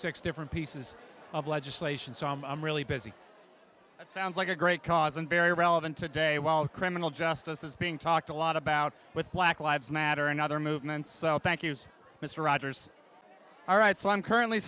six different pieces of legislation so i'm really busy it sounds like a great cause and very relevant today while criminal justice is being talked a lot about with black lives matter and other movements so thank you's mr rogers all right so i'm currently